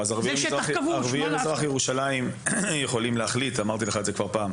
ערביי מזרח ירושלים יכולים להחליט אמרתי לך את זה כבר פעם